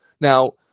Now